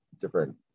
different